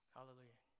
Hallelujah